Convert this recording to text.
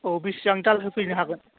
औ बेसेबां दाल होफैनो हागोन